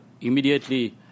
immediately